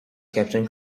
captain